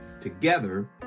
Together